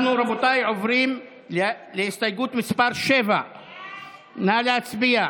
רבותיי, אנחנו עוברים להסתייגות מס' 7. נא להצביע.